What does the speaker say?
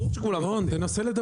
אז ברור שכולם יוצאים.